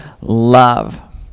love